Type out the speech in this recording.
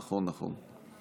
נכון, נכון.